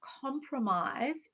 compromise